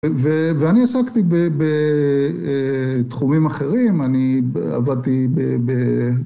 ואני עסקתי בתחומים אחרים, אני עבדתי ב...